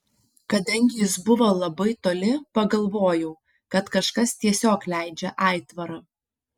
kadangi jis buvo labai toli pagalvojau kad kažkas tiesiog leidžia aitvarą